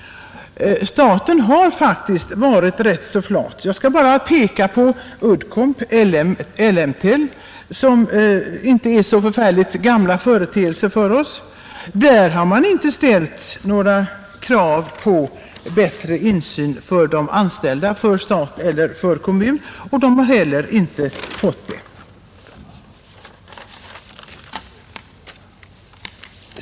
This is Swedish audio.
Staten har faktiskt varit rätt så flat. Jag vill bara peka på Uddcomb och Ellemtel, som inte är så förfärligt gamla företeelser. Där har man inte ställt några krav på bättre insyn för de anställda, för stat eller för kommun, och de har heller inte fått det.